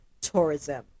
tourism